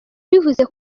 bivuze